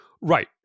Right